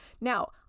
now